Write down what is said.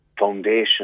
foundation